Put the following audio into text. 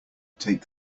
take